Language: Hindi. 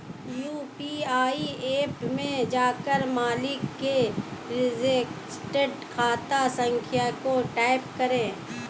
यू.पी.आई ऐप में जाकर मालिक के रजिस्टर्ड खाता संख्या को टाईप करें